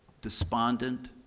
despondent